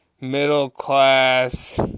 middle-class